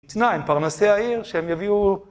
תנאי פרנסי העיר שהם יביאו...